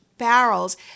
barrels